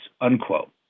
unquote